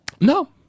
no